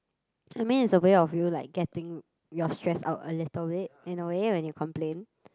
I mean it's a way of you like getting your stress out a little bit in a way when you complain